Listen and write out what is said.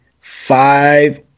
five